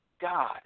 God